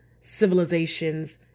civilizations